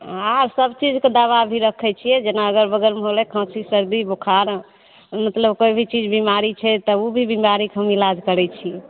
आर सभचीजके दवा भी रखै छियै जेना अगर बगलमे होलै खाँसी सरदी बोखार मतलब कोइ भी चीज बीमारी छै तऽ ओ भी बीमारीके हम इलाज करै छी